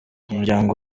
umuryango